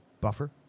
buffer